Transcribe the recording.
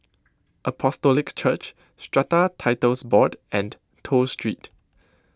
Apostolic Church Strata Titles Board and Toh Street